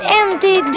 empty